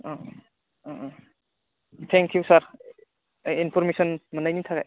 O thank you sir information मोननायनि थाखाय